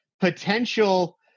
potential